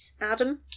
Adam